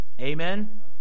Amen